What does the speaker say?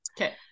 okay